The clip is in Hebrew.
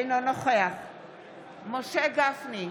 אינו נוכח משה גפני,